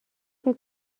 فکر